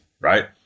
right